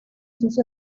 sus